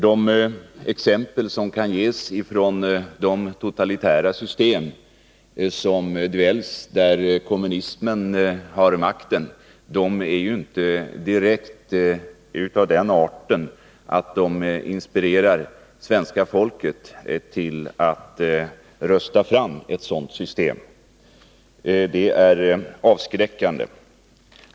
De exempel som kan ges från de totalitära system som dväljs där kommunismen har makten är inte direkt av den arten att de inspirerar svenska folket att rösta fram ett sådant system. Exemplen är avskräckande.